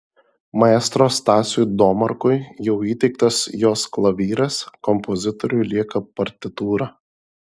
maestro stasiui domarkui jau įteiktas jos klavyras kompozitoriui lieka partitūra